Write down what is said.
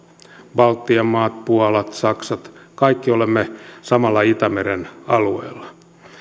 baltian maat puola saksa kaikki olemme samalla itämeren alueella